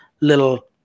little